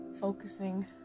focusing